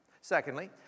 Secondly